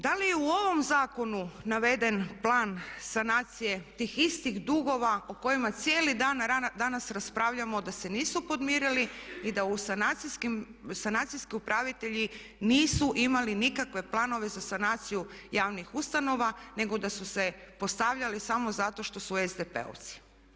Da li je u ovom zakonu naveden plan sanacije tih istih dugova o kojima cijeli dan danas raspravljamo da se nisu podmirili i da sanacijski upravitelji nisu imali nikakve planove za sanaciju javnih ustanova nego da su se postavljali samo zato što su SDP-ovci.